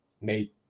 made